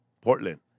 Portland